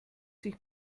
sich